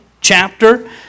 chapter